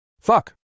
Fuck